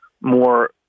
more